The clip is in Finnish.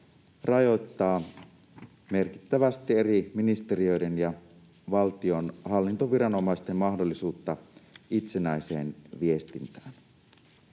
rajoittaa merkittävästi eri ministeriöiden ja valtion hallintoviranomaisten mahdollisuutta itsenäiseen viestintään.